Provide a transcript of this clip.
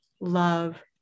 love